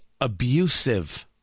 Abusive